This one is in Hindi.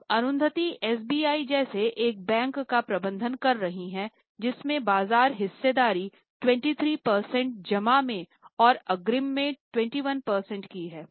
अब अरुंधति SBI जैसे एक बैंक का प्रबंधन कर रही है जिसमें बाजार हिस्सेदारी 23 प्रतिशत जमा में और अग्रिम में 21 प्रतिशत की है